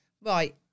Right